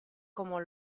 come